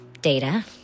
data